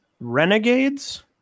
Renegades